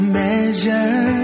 measure